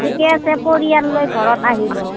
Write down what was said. ঠিকেই আছে পৰিয়াললৈ ঘৰত আহিব